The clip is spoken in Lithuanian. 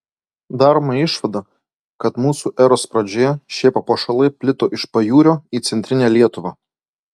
daroma išvada kad mūsų eros pradžioje šie papuošalai plito iš pajūrio į centrinę lietuvą